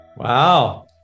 Wow